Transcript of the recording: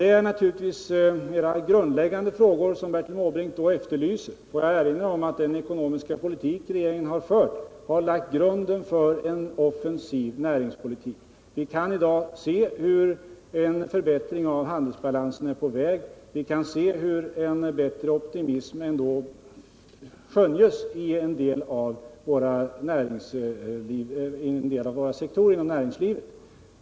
Det är naturligtvis mera grundläggande frågor som Bertil Måbrink då tar upp. Får jag erinra om att den ekonomiska politik som regeringen fört lagt grunden för en offensiv näringspolitik. Vi kan i dag se att en förbättring av handelsbalansen är på väg, och vi kan se att en större optimism skönjes i en del sektorer av näringslivet.